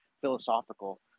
philosophical